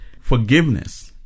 forgiveness